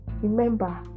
remember